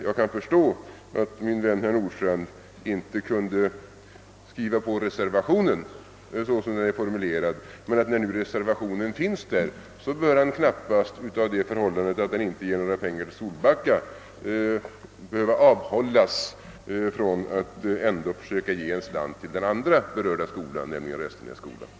Jag kan förstå att min vän herr Nordstrandh inte kunde skriva på reservationen sådan den är formulerad, men när reservationen finns där bör han knappast på grund av det förhållandet, att den inte ger några pengar till Solbacka behöva avhålla sig från att ändå försöka ge en slant till den andra berörda skolan, nämligen Restenässkolan.